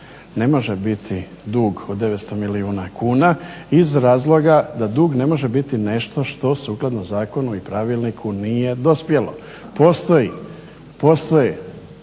Ne može biti dug od 900 milijuna kuna iz razloga da dug ne može biti nešto što sukladno zakonu i pravilniku nije dospjelo. Postoji zakon